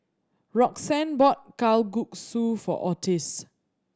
Roxanne bought Kalguksu for Ottis